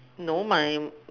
no my